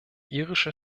irische